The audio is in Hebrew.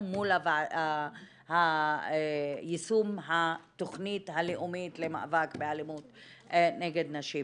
מול יישום התכנית הלאומית למאבק באלימות נגד נשים.